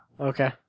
Okay